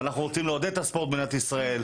ואנחנו רוצים לעודד את הספורט במדינת ישראל.